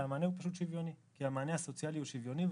שהמענה הסוציאלי הוא שוויוני,